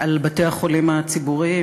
בבתי-החולים הציבוריים,